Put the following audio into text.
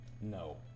No